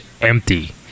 empty